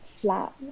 flat